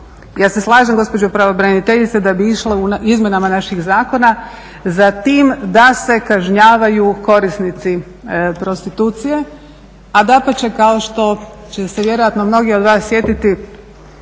Ja se slažem gospođo pravobraniteljice da bi išlo u izmjenama naših zakona za tim da se kažnjavaju korisnici prostitucije, a dapače kao što će se vjerojatno mnogi od vas sjetiti,